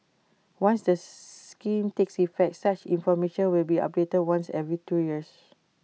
once the scheme takes effect such information will be updated once every two years